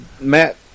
Matt